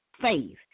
faith